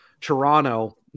Toronto